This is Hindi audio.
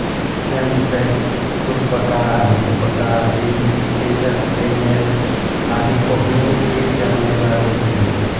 एंथ्रेक्स, खुरपका, मुहपका, रेबीज, चेचक, टेटनस आदि पहुओं के जानलेवा रोग हैं